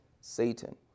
Satan